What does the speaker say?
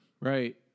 Right